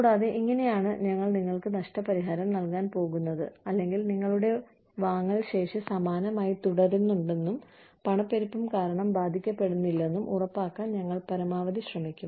കൂടാതെ ഇങ്ങനെയാണ് ഞങ്ങൾ നിങ്ങൾക്ക് നഷ്ടപരിഹാരം നൽകാൻ പോകുന്നത് അല്ലെങ്കിൽ നിങ്ങളുടെ വാങ്ങൽ ശേഷി സമാനമായി തുടരുന്നുണ്ടെന്നും പണപ്പെരുപ്പം കാരണം ബാധിക്കപ്പെടുന്നില്ലെന്നും ഉറപ്പാക്കാൻ ഞങ്ങൾ പരമാവധി ശ്രമിക്കും